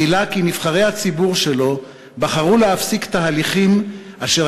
גילה כי נבחרי הציבור שלו בחרו להפסיק תהליכים אשר